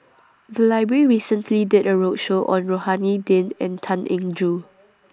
The Library recently did A roadshow on Rohani Din and Tan Eng Joo